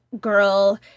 girl